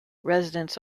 residents